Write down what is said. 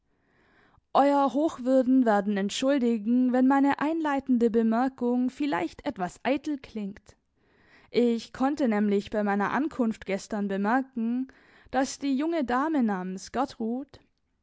euer hochwürden werden entschuldigen wenn meine einleitende bemerkung vielleicht etwas eitel klingt ich konnte nämlich bei meiner ankunft gestern bemerken daß die junge dame namens gertrud